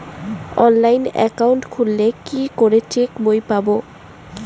Online account খুললে কি করে চেক বই পাব?